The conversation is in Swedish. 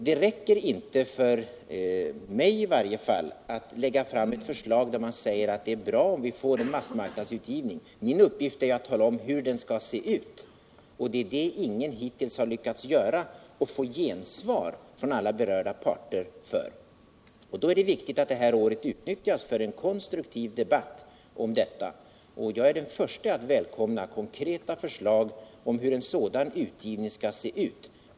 Det räcker inte i varje fall för mig att lägga fram ett förslag där det heter att det är bra om vi får en massmarknadsutgivning. Min uppgift är att tala om hur den skall se ut, men ingen har hittills lyckats få gensvar från alla parter. Då är det viktigt att detta år utnyttjas för en konstruktiv debatt om denna fråga. Jag är den förste att välkomna konkreta förslag om hur en sådan utgivning skall se ut.